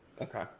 Okay